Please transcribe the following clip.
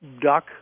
duck